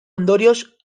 ondorioz